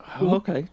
Okay